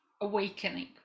awakening